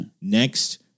next